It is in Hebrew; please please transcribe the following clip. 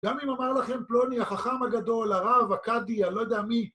גם אם אמר לכם פלוני החכם הגדול, הרב, הקאדי, אני לא יודע מי.